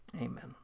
Amen